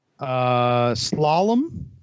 slalom